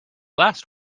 last